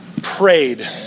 Prayed